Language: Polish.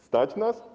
Stać nas?